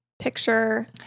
picture